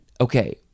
okay